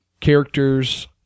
characters